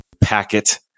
Packet